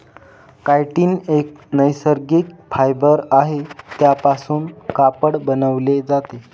chitin एक नैसर्गिक fibre आहे त्यापासून कापड बनवले जाते